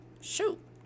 shoot